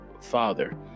father